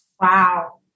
Wow